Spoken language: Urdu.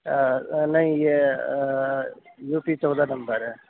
نہیں یہ یوپی چودہ نمبر ہے